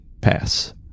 pass